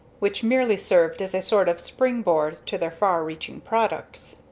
which merely served as a sort of springboard to their far-reaching products.